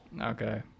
Okay